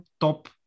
top